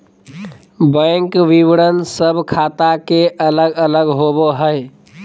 bank विवरण सब ख़ाता के अलग अलग होबो हइ